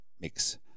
mix